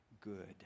good